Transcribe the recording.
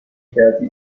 کردی